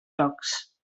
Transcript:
jocs